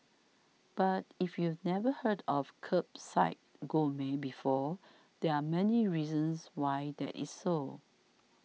but if you've never heard of Kerbside Gourmet before there are many reasons why that is so